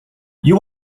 you